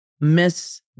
miss